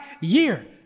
year